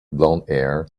blondhair